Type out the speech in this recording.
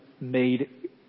made